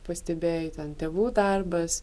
pastebėjai ten tėvų darbas